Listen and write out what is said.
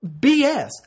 bs